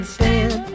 Stand